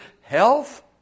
health